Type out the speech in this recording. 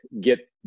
get